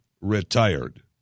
retired